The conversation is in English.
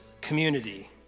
community